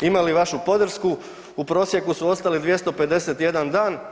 imali vašu podršku u prosjeku su ostali 251 dan.